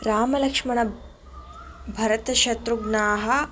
रामलक्ष्मणभरतशत्रुघ्नाः